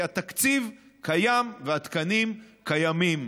כי התקציב קיים והתקנים קיימים,